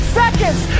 seconds